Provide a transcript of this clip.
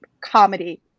comedy